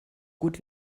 gut